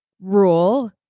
rule